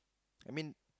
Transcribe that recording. I mean